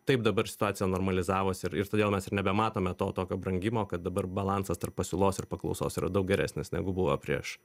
taip dabar situacija normalizavosi ir ir todėl mes ir nebematome to tokio brangimo kad dabar balansas tarp pasiūlos ir paklausos yra daug geresnis negu buvo prieš